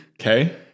Okay